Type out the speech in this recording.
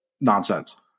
nonsense